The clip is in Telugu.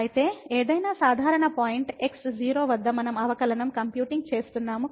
అయితే ఏదైనా సాధారణ పాయింట్ x 0 వద్ద మనం అవకలనం కంప్యూటింగ్ చేస్తున్నాము